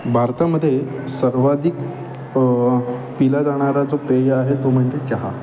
भारतामध्ये सर्वाधिक पिला जाणारा जो पेय आहे तो म्हणजे चहा